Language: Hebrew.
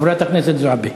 חברת הכנסת זועבי.